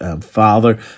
father